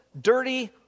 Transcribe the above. dirty